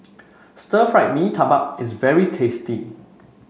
Stir Fried Mee Tai Bak is very tasty